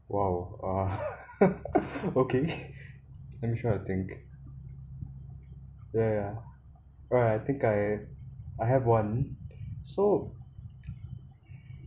!wow! uh okay let me try to think ya ya alright I think I have one so